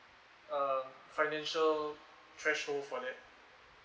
um financial threshold for that